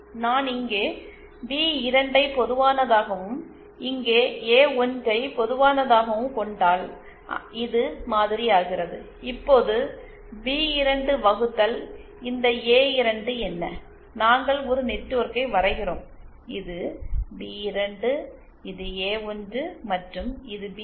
நான் இங்கே பி2 ஐ பொதுவானதாகவும் இங்கே ஏ1 ஐ பொதுவானதாகவும் கொண்டால் இது மாதிரி ஆகிறது இப்போது பி2 வகுத்தல் இந்த ஏ2 என்ன நாங்கள் ஒரு நெட்வொர்க்கை வரைகிறோம் இது பி2 இது ஏ1 மற்றும் இது பி1